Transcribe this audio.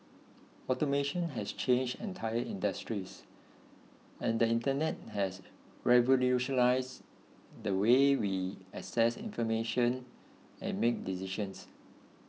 automation has changed entire industries and the Internet has revolutionised the way we access information and make decisions